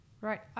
right